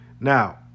Now